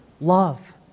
love